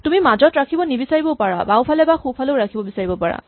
তুমি মাজত ৰাখিব নিবিচাৰিবও পাৰা বাওঁফালে বা সোঁফালেও ৰাখিব নিবিচাৰিব পাৰা